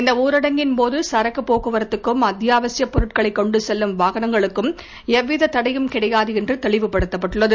இந்த ஊரடங்கின்போது சரக்கு போக்குவரத்துக்கும் அத்தியாவசியப் பொருட்களை கொண்டு செல்லும் வாகனங்களுக்கும் எவ்வித தடையும் கிடையாது என்று தெளிவுபடுத்தப்பட்டுள்ளது